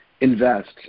invest